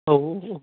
औ औ